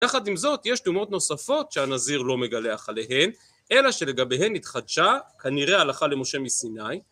יחד עם זאת, יש טומאות נוספות שהנזיר לא מגלח עליהן, אלא שלגביהן התחדשה כנראה הלכה למשה מסיני.